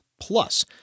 plus